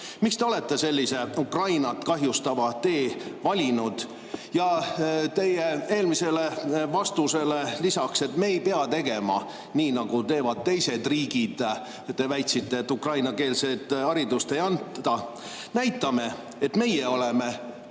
Miks te olete sellise Ukrainat kahjustava tee valinud? Teie eelmisele vastusele lisan, et me ei pea tegema nii, nagu teevad teised riigid. Te väitsite, et ukrainakeelset haridust ei anta. Näitame, et meie oleme